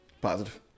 Positive